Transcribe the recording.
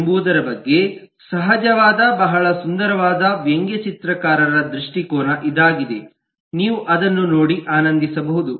ಎಂಬುದರ ಬಗ್ಗೆ ಸಹಜವಾದ ಬಹಳ ಸುಂದರವಾದ ವ್ಯಂಗ್ಯಚಿತ್ರಕಾರರ ದೃಷ್ಟಿಕೋನ ಇದಾಗಿದೆ ನೀವು ಅದನ್ನು ನೋಡಿ ಆನಂದಿಸಬಹುದು